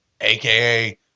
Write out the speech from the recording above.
AKA